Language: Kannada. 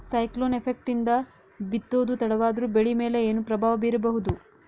ಸೈಕ್ಲೋನ್ ಎಫೆಕ್ಟ್ ನಿಂದ ಬಿತ್ತೋದು ತಡವಾದರೂ ಬೆಳಿ ಮೇಲೆ ಏನು ಪ್ರಭಾವ ಬೀರಬಹುದು?